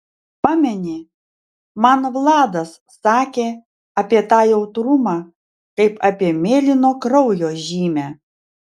pameni man vladas sakė apie tą jautrumą kaip apie mėlyno kraujo žymę